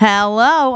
Hello